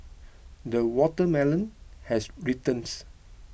the watermelon has